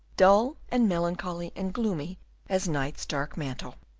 dull and melancholy and gloomy as night's dark mantle.